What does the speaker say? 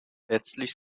letztlich